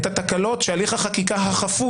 את התקלות שהליך החקיקה החפוז,